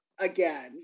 again